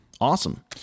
awesome